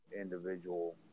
individual